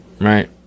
Right